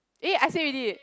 eh I say already